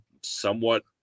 somewhat